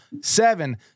seven